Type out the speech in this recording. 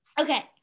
okay